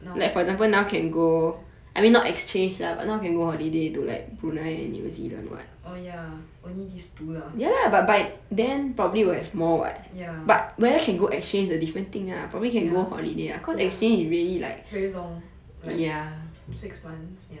now oh ya only these two lah ya ya ya very long like six months ya